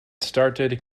started